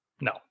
No